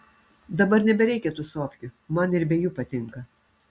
dabar nebereikia tūsovkių man ir be jų patinka